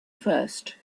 first